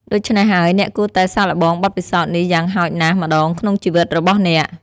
ដូច្នេះហើយ អ្នកគួរតែសាកល្បងបទពិសោធន៍នេះយ៉ាងហោចណាស់ម្តងក្នុងជីវិតរបស់អ្នក។